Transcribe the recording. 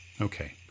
Okay